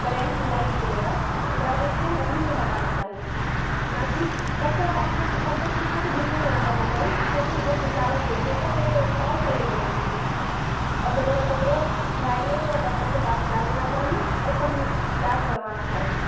current लागि गेलैए तऽ ओकरा जे छै लकड़ीसँ हटाना चाही ने की कच्चा बाँससँ कच्चा चीजसँ तऽ बिलकुल नहि हटाना चाही कियाकि ओकर सुचालक होइ छै तऽ फेर आर करेन्ट लागि जेतै आओर जब अगर ककरो भए गेलै तऽ ओकरा डॉक्टरके पास लए जाना चाही आओर ओकर इलाज करवाना चाही